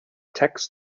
tax